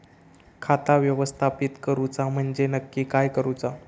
खाता व्यवस्थापित करूचा म्हणजे नक्की काय करूचा?